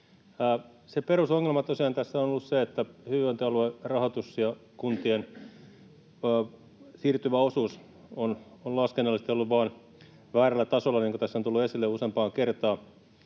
tässä on ollut se, että hyvinvointialueiden rahoitus ja kuntien siirtyvä osuus on laskennallisesti ollut vaan väärällä tasolla, niin kuin tässä on tullut esille useampaan kertaan,